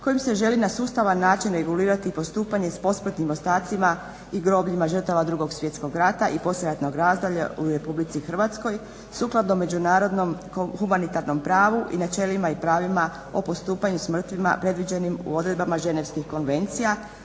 kojim se želi na sustavan način regulirati postupanje s posmrtnim ostacima i grobljima žrtava Drugog svjetskog rata i poslijeratnog razdoblja u Republici Hrvatskoj sukladno međunarodnom humanitarnom pravu i načelima i pravima o postupanju s mrtvima predviđenih u odredbama ženevskih konvencija,